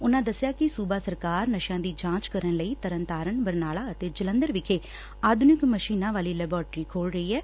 ਉਨਾਂ ਦਸਿਆ ਕਿ ਸੁਬਾ ਸਰਕਾਰ ਨਸਿਆਂ ਦੀ ਜਾਂਚ ਕਰਨ ਲਈ ਤਰਨਤਾਰਨ ਬਰਨਾਲਾ ਅਤੇ ਜਲੰਧਰ ਵਿਖੇ ਆਧੁਨਿਕ ਮਸ਼ੀਨਾ ਵਾਲੀ ਲੈਬਾਟਰੀ ਖੋਲ ਰਹੀ ਏ